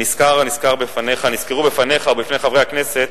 נסקרו בפניך ובפני חברי הכנסת